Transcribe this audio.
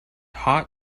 hot